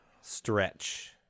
stretch